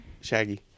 Shaggy